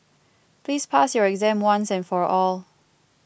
please pass your exam once and for all